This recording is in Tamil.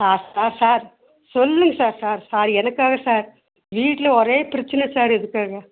ஆ சார் சார் சொல்லுங்கள் சார் சார் சார் எனக்காக சார் வீட்டில ஒரே பிரச்சனை சார் இதுக்காக